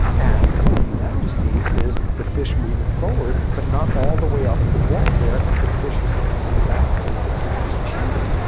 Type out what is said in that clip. and what he now sees is the fish moving forward, but not all the way up to the wall there. the fish is hanging back there. the fish is cheating.